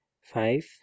Five